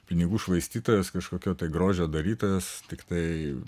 pinigų švaistytojas kažkokio tai grožio darytojas tiktai